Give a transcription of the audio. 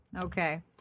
Okay